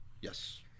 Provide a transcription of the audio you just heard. Yes